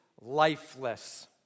lifeless